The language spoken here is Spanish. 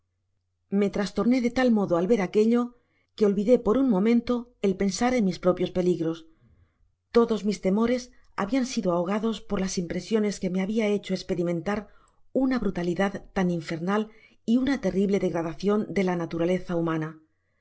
me trastorné de tal modo al ver aquello que ohidá por un momento el pensar en mis propios peligros todos mis temores hábian sido ahogados por las impresiones que me habia hecho esperimentar una brutalidad tan infernal y una terrible degradacion de la naturaleza humana